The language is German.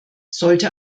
sollte